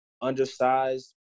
undersized